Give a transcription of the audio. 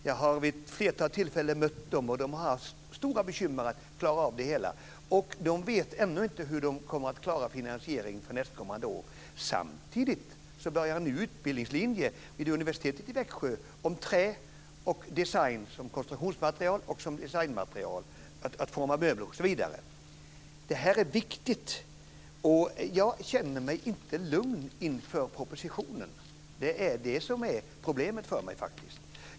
Jag har vid ett flertal tillfällen mött dem, och de har haft stora bekymmer att klara av det hela. De vet ännu inte hur de kommer att klara finansieringen för nästkommande år. Samtidigt börjar en ny utbildningslinje vid universitetet i Växjö om trä som konstruktionsmaterial och designmaterial, t.ex. för att forma möbler osv. Det här är viktigt, och jag känner mig inte lugn inför propositionen. Det är det som är problemet för mig, faktiskt.